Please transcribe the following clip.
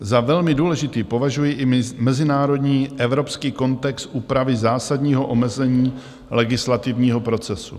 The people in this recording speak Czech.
Za velmi důležitý považuji i mezinárodní evropský kontext úpravy zásadního omezení legislativního procesu.